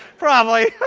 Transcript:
probably.